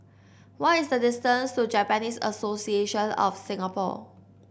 what is the distance to Japanese Association of Singapore